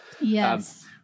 Yes